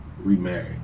remarried